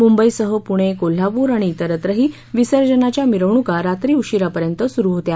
मुंबईसह पुणे कोल्हापूर आणि इतरत्रही विसर्जनाच्या मिरवणुका रात्री उशीरापर्यंत सुरू होत्या